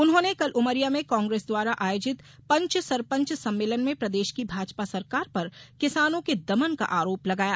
उन्होंने कल उमरिया में कांग्रेस द्वारा आयोजित पंच सरपंच सम्मेलन में प्रदेश की भाजपा सरकार पर किसानों के दमन का आरोप लगाया